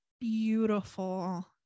beautiful